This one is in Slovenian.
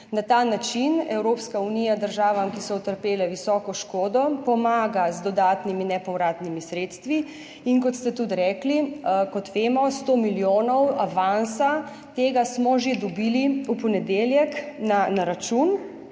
Na ta način Evropska unija državam, ki so utrpele visoko škodo, pomaga z dodatnimi nepovratnimi sredstvi, in kot ste tudi rekli, kot vemo, 100 milijonov avansa, tega smo že dobili v ponedeljek na račun,